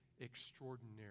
extraordinary